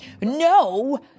No